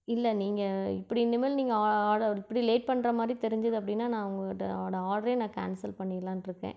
இல்லை நீங்கள் இப்படி இனிமேல் நீங்கள் ஆடர் இப்படி லேட் பண்ணுற மாதிரி தெரிஞ்சது அப்படின்னா நான் உங்ககிட்டே ஆட்ரே நான் கேன்சல் பண்ணிடலானு இருக்கேன்